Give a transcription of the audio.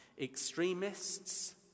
extremists